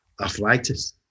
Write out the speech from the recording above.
arthritis